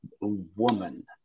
Woman